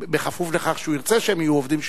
כפוף לכך שהוא ירצה שהם יהיו עובדים שלו,